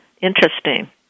Interesting